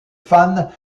fans